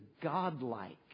God-like